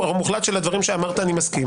מזה,